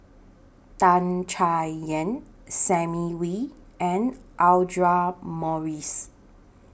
Tan Chay Yan Simon Wee and Audra Morrice